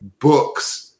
books